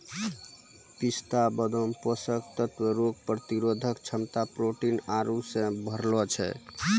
पिस्ता बादाम पोषक तत्व रोग प्रतिरोधक क्षमता प्रोटीन आरु से भरलो छै